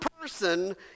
person